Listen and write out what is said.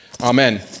Amen